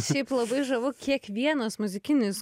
šiaip labai žavu kiekvienas muzikinis